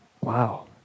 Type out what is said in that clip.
Wow